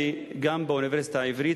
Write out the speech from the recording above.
וגם באוניברסיטה העברית,